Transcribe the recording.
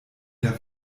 der